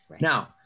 Now